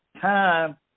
time